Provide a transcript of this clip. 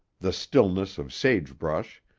the stillness of sagebrush,